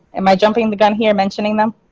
am i jumping the gun here mentioning them.